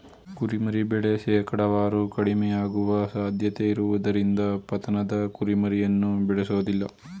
ಕುರಿಮರಿ ಬೆಳೆ ಶೇಕಡಾವಾರು ಕಡಿಮೆಯಾಗುವ ಸಾಧ್ಯತೆಯಿರುವುದರಿಂದ ಪತನದ ಕುರಿಮರಿಯನ್ನು ಬೇಳೆಸೋದಿಲ್ಲ